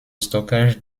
stockage